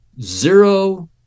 zero